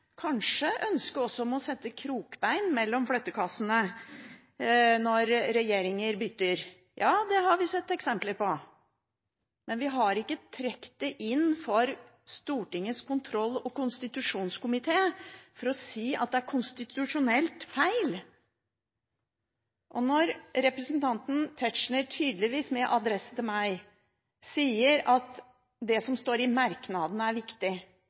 kanskje ønsker å spenne politisk beinkrok mellom flyttekassene når regjeringer bytter, har vi sett eksempler på. Men vi har ikke trukket det inn for Stortingets kontroll- og konstitusjonskomité for å si at det er konstitusjonelt feil. Representanten Tetzschner, tydeligvis med adresse til meg, sier at det som står i merknadene, er viktig.